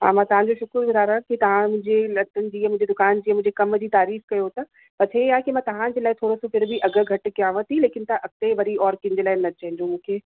हा मां तव्हांजो शुकुरगुजार आहियां की तव्हां मुंहिंजी लटनि जी मुंहिंजी दुकान जी मुंहिंजे कम जी तारीफ़ कयो था बसि हे आहे के मां तव्हांजे लाइ थोरो फ़िर बि अघि घटि कियांव थी लेकिन तव्हां अॻिते वरी और कंहिंजे लाइ न चइजो मूंखे